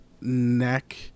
neck